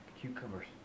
cucumbers